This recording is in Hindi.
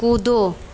कूदो